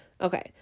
Okay